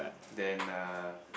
then uh